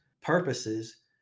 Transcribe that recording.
purposes